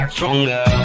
Stronger